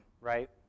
right